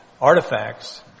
artifacts